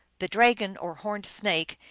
the dragon, or horned snake,